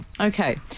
Okay